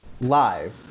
live